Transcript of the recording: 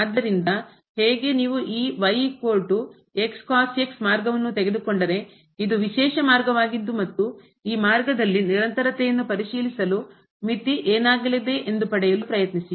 ಆದ್ದರಿಂದ ಹೇಗೆ ನೀವು ಈ ಮಾರ್ಗವನ್ನು ತೆಗೆದುಕೊಂಡರೆ ಇದು ವಿಶೇಷ ಮಾರ್ಗವಾಗಿದ್ದು ಮತ್ತು ಈ ಮಾರ್ಗದಲ್ಲಿ ನಿರಂತರತೆಯನ್ನು ಪರಿಶೀಲಿಸಲು ಮಿತಿ ಏನಾಗಲಿದೆ ಎಂದು ಪಡೆಯಲು ಪ್ರಯತ್ನಿಸಿ